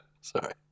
Sorry